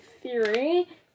theory